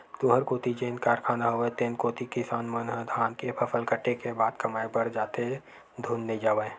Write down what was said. तुँहर कोती जेन कारखाना हवय तेन कोती किसान मन ह धान के फसल कटे के बाद कमाए बर जाथे धुन नइ जावय?